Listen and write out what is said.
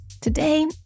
Today